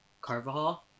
Carvajal